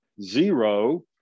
zero